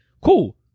Cool